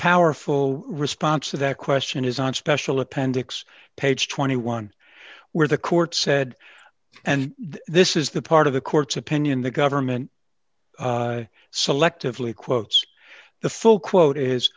powerful response to that question is on special appendix page twenty one dollars where the court said and this is the part of the court's opinion the government selectively quotes the full quote is